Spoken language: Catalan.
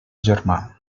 germà